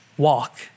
walk